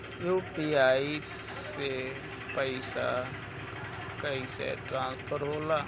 UPI से पैसा कैसे ट्रांसफर होला?